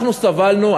אנחנו סבלנו,